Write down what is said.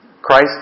Christ